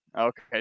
Okay